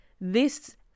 This